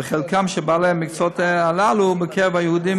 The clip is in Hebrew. וחלקם של בעלי המקצועות הללו בקרב היהודים